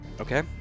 Okay